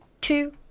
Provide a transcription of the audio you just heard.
two